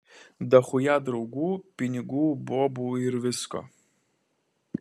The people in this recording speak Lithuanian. dachuja draugų pinigų bobų ir visko